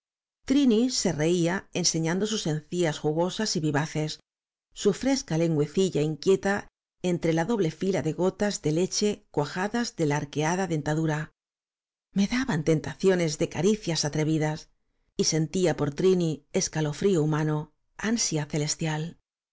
trini se reía enseñando sus encías jugosas y vivaces su fresca lengüecilla inquieta entre la doble fila de gotas de leche cuajadas de la arqueada dentadura me daban tentaciones de caricias atrevidas y sentía por rini escalo á frío humano ansia celestial